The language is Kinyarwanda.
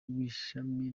w’ishami